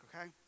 okay